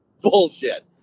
Bullshit